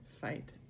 fight